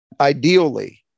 ideally